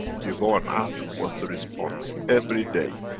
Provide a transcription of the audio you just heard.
you go and ask what's the response, every day.